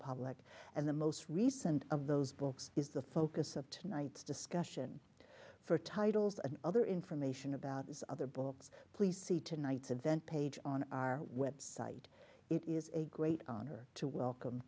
public and the most recent of those books is the focus of tonight's discussion for titles and other information about his other books please see tonight's event page on our website it is a great honor to welcome